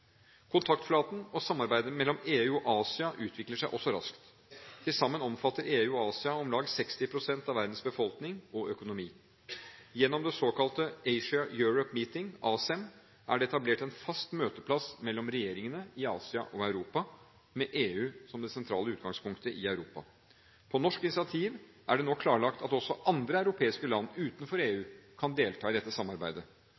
Kontaktflaten og samarbeidet mellom EU og Asia utvikler seg også raskt. Til sammen omfatter EU og Asia om lag 60 pst. av verdens befolkning og økonomi. Gjennom den såkalte Asia–Europe Meeting, ASEM, er det etablert en fast møteplass mellom regjeringene i Asia og Europa, med EU som det sentrale utgangspunktet i Europa. På norsk initiativ er det nå klarlagt at også andre europeiske land utenfor